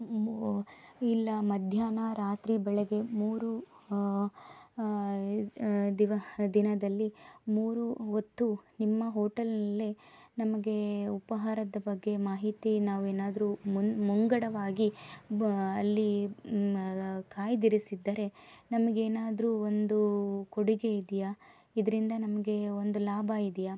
ಇಲ್ಲ ಮಧ್ಯಾಹ್ನ ರಾತ್ರಿ ಬೆಳಗ್ಗೆ ಮೂರು ದಿನದಲ್ಲಿ ಮೂರು ಹೊತ್ತು ನಿಮ್ಮ ಹೋಟೆಲಲ್ಲೇ ನಮಗೆ ಉಪಹಾರದ ಬಗ್ಗೆ ಮಾಹಿತಿ ನಾವೇನಾದರೂ ಮುಂಗ್ ಮುಂಗಡವಾಗಿ ಬ ಅಲ್ಲಿ ಕಾಯ್ದಿರಿಸಿದ್ದರೆ ನಮಗೆ ಏನಾದರೂ ಒಂದು ಕೊಡುಗೆ ಇದೆಯಾ ಇದರಿಂದ ನಮಗೆ ಒಂದು ಲಾಭ ಇದೆಯಾ